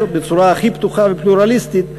בצורה הכי פתוחה ופלורליסטית להגדיל,